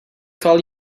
call